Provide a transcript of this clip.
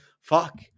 Fuck